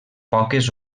poques